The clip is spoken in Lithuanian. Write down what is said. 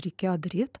reikėjo daryt